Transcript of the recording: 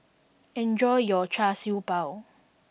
enjoy your Char Siew B ao